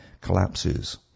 collapses